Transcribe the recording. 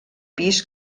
pis